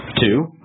Two